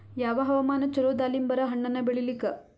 ಯಾವ ಹವಾಮಾನ ಚಲೋ ದಾಲಿಂಬರ ಹಣ್ಣನ್ನ ಬೆಳಿಲಿಕ?